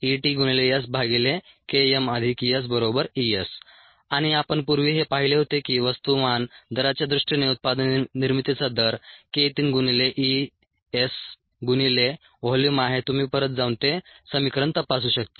EtSKmSES आणि आपण पूर्वी हे पाहिले होते की वस्तुमान दराच्या दृष्टीने उत्पादन निर्मितीचा दर k 3 गुणिले E S गुणिले व्हॉल्यूम आहे तुम्ही परत जाऊन ते समीकरण तपासू शकता